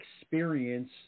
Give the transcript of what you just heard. experience